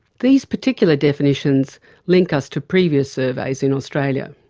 these particular definitions link us to previous surveys in australia.